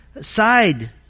side